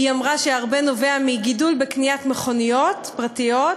היא אמרה שהרבה נובע מגידול בקניית מכוניות פרטיות,